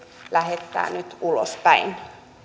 lähettää ulospäin